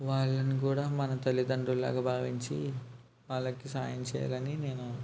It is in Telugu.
వాళ్ళను కూడా మన తల్లిదండ్రుల్లాగా భావించి వాళ్ళకి సాయం చేయాలి అని నేను